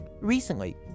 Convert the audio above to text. Recently